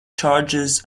charges